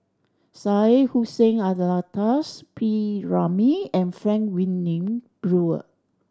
Syed Hussein Alatas P Ramlee and Frank Wilmin Brewer